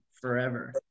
forever